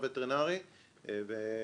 לגבי מה שקורה שם מתוך ההרס של הפארק ומה שקרה שם,